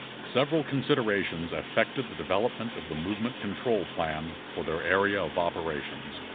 several considerations affected the development of the movement control plan for their area of operations.